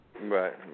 Right